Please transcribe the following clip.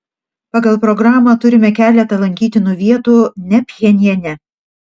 pagal programą turime keletą lankytinų vietų ne pchenjane